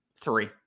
three